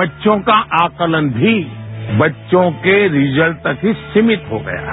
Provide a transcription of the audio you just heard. बच्चों का आकलन भी बच्चों के रिजल्ट तक ही सीमित हो गया है